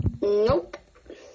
Nope